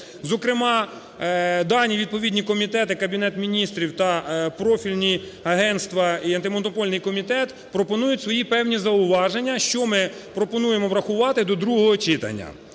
Зокрема, дані відповідні комітет і Кабінет Міністрів та профільні агентства і Антимонопольний комітет пропонують свої певні зауваження, що ми пропонуємо врахувати до другого читання.